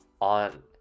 on